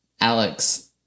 Alex